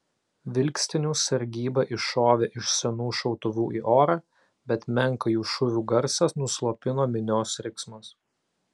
vilkstinių sargyba iššovė iš senų šautuvų į orą bet menką jų šūvių garsą nuslopino minios riksmas